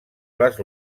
les